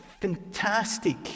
fantastic